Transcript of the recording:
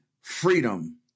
freedom